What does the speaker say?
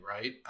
right